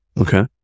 Okay